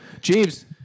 Jeeves